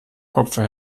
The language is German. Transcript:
kopfe